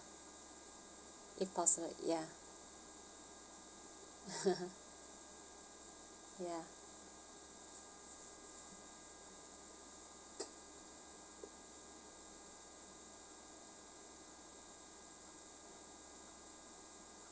if possible ya ya